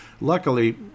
Luckily